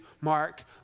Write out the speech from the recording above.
Mark